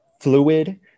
fluid